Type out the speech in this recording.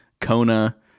Kona